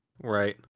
right